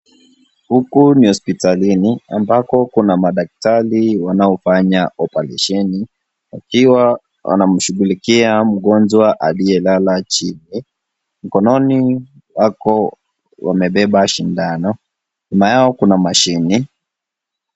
Huku ni hospitalini ambako kuna madaktari wanaofanya oparesheni wakiwa wanamshugulikia mgonjwa aliyelala chini, mkononi wako wamebeba shindano, nyuma yao kuna mashini.